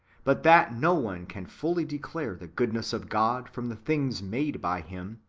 but that no one can fully declare the good ness of god from the things made by him,